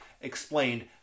explained